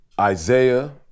Isaiah